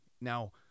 now